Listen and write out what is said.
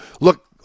Look